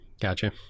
gotcha